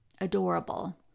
adorable